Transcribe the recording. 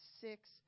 six